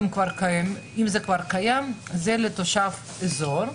רוב בתי העלמין האזורים מיועדים לתושבי האזור.